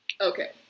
Okay